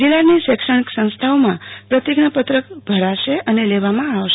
જિલ્લાની શૈક્ષણિક સંસ્થાઓમાં પ્રતિજ્ઞા પત્રક ભરાશે અને લેવામાં આવશે